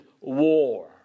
war